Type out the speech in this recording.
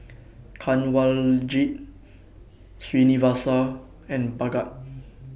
Kanwaljit Srinivasa and Bhagat